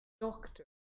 doctor